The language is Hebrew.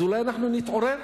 אז אולי אנחנו נתעורר.